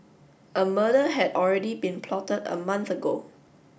a murder had already been plotted a month ago